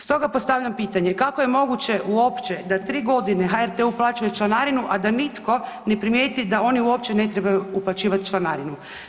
Stoga postavljam pitanje, kako je moguće uopće da tri godine HRT-u plaćaju članarinu, a da nitko ne primijeti da oni uopće ne trebaju uplaćivat članarinu.